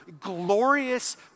glorious